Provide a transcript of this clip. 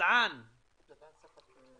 גדעאן ספדי,